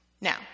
Now